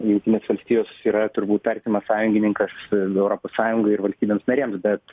jungtinės valstijos yra turbūt artimas sąjungininkas europos sąjunga ir valstybėms narėms bet